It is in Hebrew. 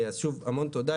אז שוב, המון תודה.